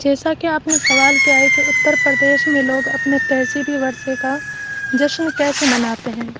جیسا کہ آپ نے سوال کیا ہے کہ اتر پردیش میں لوگ اپنے تہذیبی ورثے کا جشن کیسے مناتے ہیں